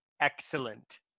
Excellent